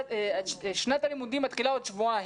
שנת הלימודים מתחילה עוד שבועיים.